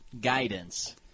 guidance